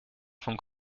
von